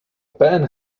pen